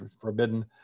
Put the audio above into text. forbidden